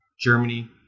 Germany